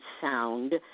sound